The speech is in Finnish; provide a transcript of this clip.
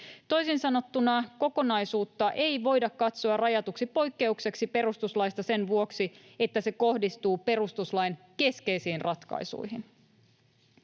Toisin sanottuna kokonaisuutta ei voida katsoa rajatuksi poikkeukseksi perustuslaista sen vuoksi, että se kohdistuu perustuslain keskeisiin ratkaisuihin.